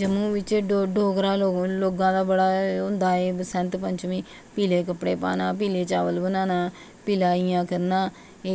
जम्मू बेच डोगरा लोगा दा बड़ा होंदा ऐ बंसत पचमी पीले कपड़े पाना पीले चावल बनाना पीला इ'यां करना